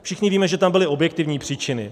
Všichni víme, že tam byly objektivní příčiny.